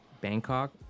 Bangkok